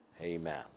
amen